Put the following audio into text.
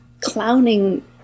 clowning